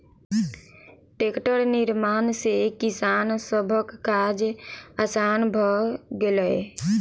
टेक्टरक निर्माण सॅ किसान सभक काज आसान भ गेलै